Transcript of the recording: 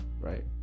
right